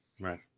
Right